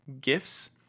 gifts